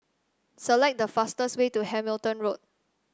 select the fastest way to Hamilton Road